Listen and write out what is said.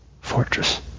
fortress